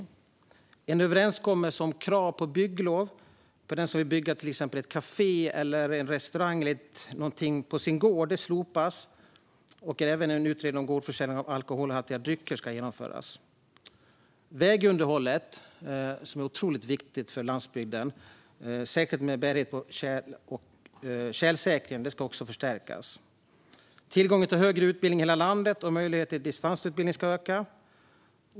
Det finns en överenskommelse om att krav på bygglov för den som vill bygga till exempel ett kafé eller en restaurang på sin gård ska slopas. Det ska även genomföras en utredning om gårdsförsäljning av alkoholhaltiga drycker. Vägunderhållet - som är otroligt viktigt för landsbygden, särskilt när det gäller bärighet och tjälsäkring - ska också förstärkas. Tillgången till högre utbildning i hela landet och möjligheterna till distansutbildning ska öka.